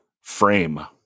Frame